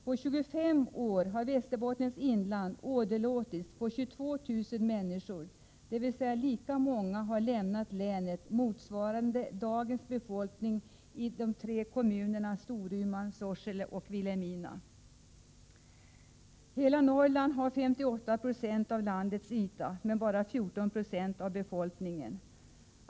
På 25 år har Västerbottens inland åderlåtits på 22 000 människor, dvs. lika mycket som dagens befolkning i de tre kommunerna Storuman, Sorsele och Vilhelmina. Hela Norrland har 58 90 av landets yta men bara 14 96 av befolkningen.